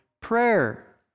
prayer